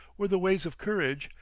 were the ways of courage,